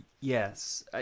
Yes